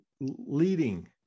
leading